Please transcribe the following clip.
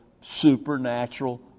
supernatural